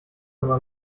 immer